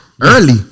early